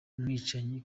umwicanyi